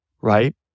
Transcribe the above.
right